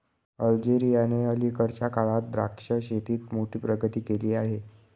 अल्जेरियाने अलीकडच्या काळात द्राक्ष शेतीत मोठी प्रगती केली आहे